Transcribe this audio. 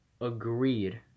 agreed